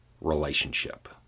relationship